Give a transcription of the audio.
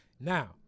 now